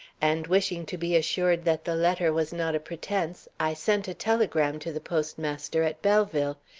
and wishing to be assured that the letter was not a pretense, i sent a telegram to the postmaster at belleville.